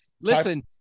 listen